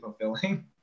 fulfilling